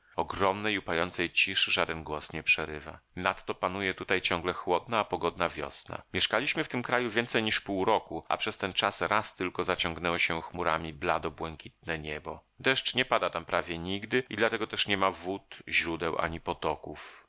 ogromnej upajającej ciszy żaden głos nie przerywa nadto panuje tutaj ciągle chłodna a pogodna wiosna mieszkaliśmy w tym kraju więcej niż pół roku a przez ten czas raz tylko zaciągnęło się chmurami blado błękitne niebo deszcz nie pada tam prawie nigdy i dlatego też niema wód źródeł ani potoków